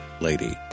lady